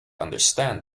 understand